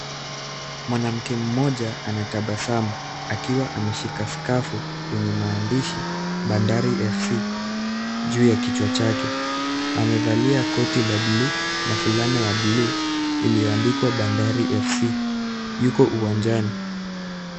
Mwanamke mmoja anatabasamu akiwa ameshika skafu yenye maandishi Bandari FC juu ya kichwa chake. Amevalia koti la buluu na fulana ya buluu iliyoandikwa Bandari FC. Yuko uwanjani.